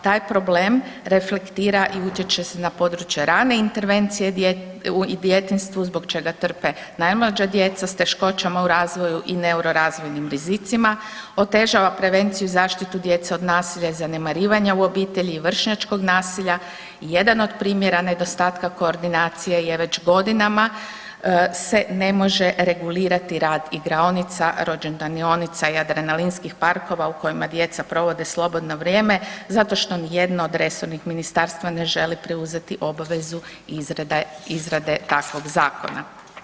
Taj problem reflektira i utječe na područje rane intervencije u djetinjstvu zbog čega trpe najmlađa djeca s teškoćama u razvoju i neurorazvojnim rizicima, otežava prevenciju i zaštitu djece od nasilja i zanemarivanja u obitelji i vršnjačkog nasilja i jedan od primjera nedostatka koordinacije je već godinama se ne može regulirati rad igraonica, rođendanionica i adrenalinskih parkova u kojima djeca provode slobodno vrijeme zato što ni jedno od resornih ministarstva ne želi preuzeti obavezu izrade takovog zakona.